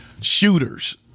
Shooters